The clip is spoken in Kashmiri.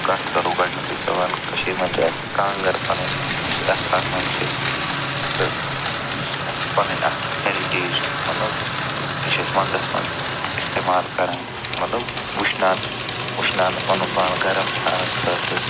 کَتھ کَرو گۄڈٕنیُکُے سوال کٔشیٖرِ منٛز چھِ آسہِ کانٛگٕر پَنٕنۍ یہِ چھِ اَسہِ آسان چھِ تہٕ یہِ چھِ اَسہِ پَنٕنۍ اَکھ ہٮ۪رِٹیج مطلب یہِ چھِ أسۍ وَنٛدَس منٛز اِستعمال کران مطلب وُشناونہٕ وُشناونہٕ پَنُن پان گرم تھاونہٕ خٲطر